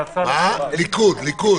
הליכוד, הליכוד.